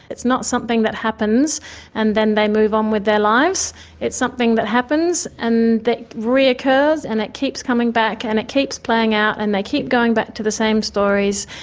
it's not something that happens and then they move on with their lives it's something that happens and that reoccurs. and it keeps coming back and it keeps playing out and they keep going back to the same stories.